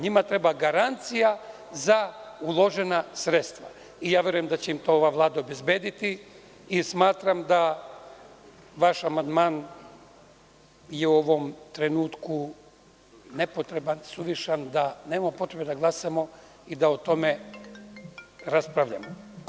Njima treba garancija za uložena sredstva i verujem da će im to ova vlada obezbediti i smatram da vaš amandman je u ovom trenutku nepotreban, suvišan, da nema potrebe da glasamo i da o tome raspravljamo.